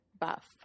buff